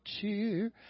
cheer